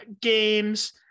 games